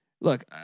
Look